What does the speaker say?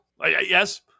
Yes